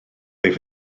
wyf